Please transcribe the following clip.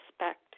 respect